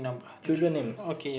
children names